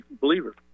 believer